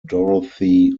dorothy